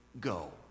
go